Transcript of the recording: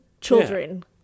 children